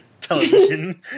television